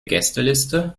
gästeliste